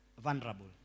vulnerable